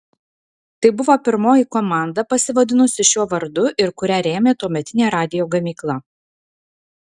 tai buvo pirmoji komanda pasivadinusi šiuo vardu ir kurią rėmė tuometinė radijo gamykla